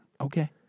Okay